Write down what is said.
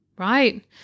Right